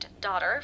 Daughter